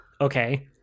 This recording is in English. okay